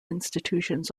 institutions